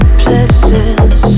places